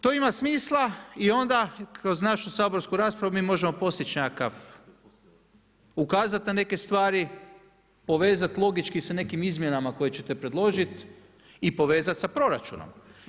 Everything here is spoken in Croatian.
To ima smisla i onda kroz našu saborsku raspravu mi možemo ukazati na neke stvari, povezati logički sa nekim izmjenama koje ćete predložiti, i povezati sa proračunom.